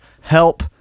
help